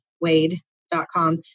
Wade.com